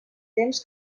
temps